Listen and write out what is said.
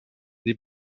dem